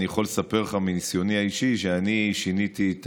אני יכול לספר לך מניסיוני האישי ששיניתי את